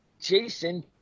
Jason